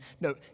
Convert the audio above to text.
No